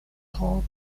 park